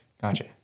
gotcha